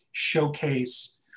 showcase